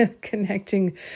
connecting